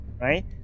Right